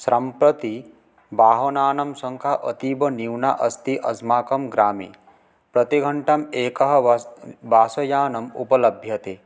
सम्प्रति वाहनानां संख्या अतीवन्यूना अस्ति अस्माकं ग्रामे प्रतिघण्टम् एकः बस् बस्यानम् उपलभ्यते